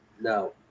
No